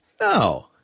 No